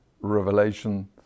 Revelation